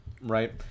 right